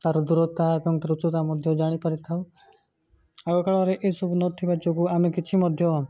ତା'ର ଦୂରତା ଏବଂ ମଧ୍ୟ ଜାଣିପାରିଥାଉ ଆଗକାଳରେ ଏସବୁ ନଥିବା ଯୋଗୁଁ ଆମେ କିଛି ମଧ୍ୟ